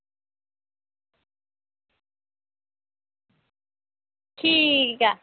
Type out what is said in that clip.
ठीक ऐ